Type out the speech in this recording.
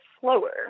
slower